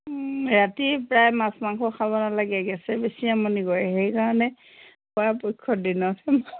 ৰাতি প্ৰায় মাছ মাংস খাব নালাগে গেছে বেছি আমনি কৰে সেইকাৰণে পৰাপক্ষত দিনত